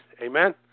Amen